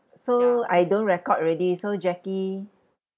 so I don't record already so jackie